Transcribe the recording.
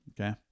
Okay